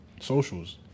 socials